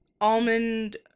almond